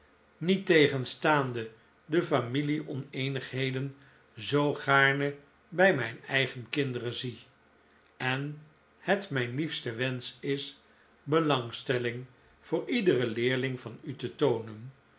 niettegenstaande de familie oneenigheden zoo gaarne bij mijn eigen kinderen zie en het mijn liefste wensch is belangstelling voor iedere leerling van u te toonen